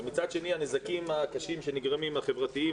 ומצד שני הנזקים הקשים שנגרמים החברתיים,